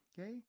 okay